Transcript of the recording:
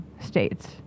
states